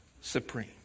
supreme